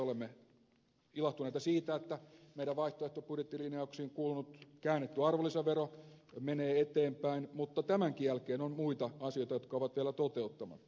olemme ilahtuneita siitä että meidän vaihtoehtobudjettilinjauksiimme kuulunut käännetty arvonlisävero menee eteenpäin mutta tämänkin jälkeen on muita asioita jotka ovat vielä toteuttamatta